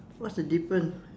what's the difference